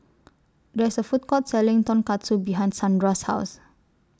There IS A Food Court Selling Tonkatsu behind Sandra's House